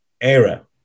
Era